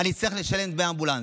אני אצטרך לשלם דמי אמבולנס.